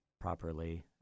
properly